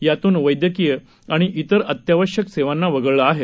यातून वैद्यकीय आणि इतर अत्यावश्यक सेवांना वगळलं आहे